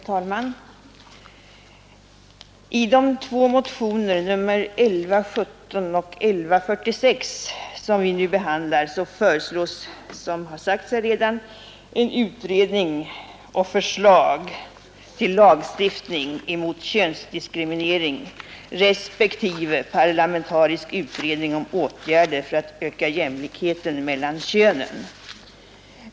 Herr talman! I de två motioner, nr 1117 och 1146, som vi nu behandlar, yrkas, som här redan har sagts, på en utredning och förslag till lagstiftning emot könsdiskriminering, respektive parlamentarisk utredning om åtgärder för att öka jämlikheten mellan könen.